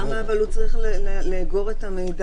למה אבל הוא צריך לאגור את המידע?